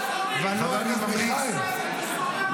חבר הכנסת מיכאל,